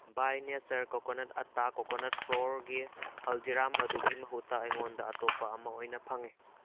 ꯕꯥꯏ nature coconut ꯑꯇꯥ coconut ꯐ꯭ꯂꯣꯔꯒꯤ ꯍꯜꯗꯤꯔꯥꯝ ꯑꯗꯨꯒꯤ ꯃꯍꯨꯠꯇ ꯑꯩꯉꯣꯟꯗ ꯑꯇꯣꯞꯄ ꯑꯃ ꯑꯣꯏꯅ ꯐꯪꯉꯤ